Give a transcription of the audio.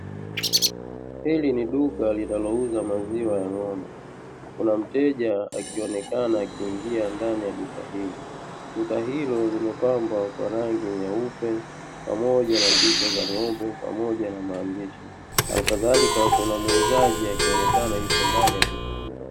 Hili ni duka linalouza maziwa ya ng'ombe kuna mteja akionekana akiingia ndani ya duka hilo, duka hilo limepambwa kwa rangi nyeupe pamoja na picha za ng'ombe pamoja na maandishi, hali kadhalika kuna muuzaji akionekana yupo ndani ya duka hilo.